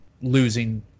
losing